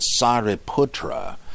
Sariputra